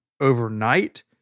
overnight